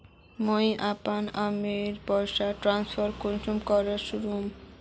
मुई अपना मम्मीक पैसा ट्रांसफर कुंसम करे करूम?